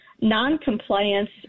non-compliance